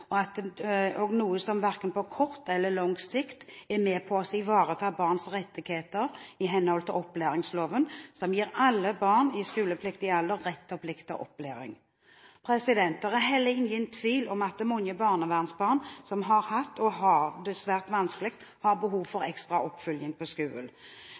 bjørnetjeneste og er noe som verken på kort eller lang sikt er med på å ivareta barns rettigheter i henhold til opplæringsloven, som gir alle barn i skolepliktig alder rett og plikt til opplæring. Det er heller ingen tvil om at mange banevernsbarn som har hatt og har det svært vanskelig, har behov